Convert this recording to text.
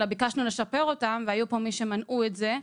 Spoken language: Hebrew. אלא ביקשנו לשפר אותם והיו פה מי שמנעו את זה,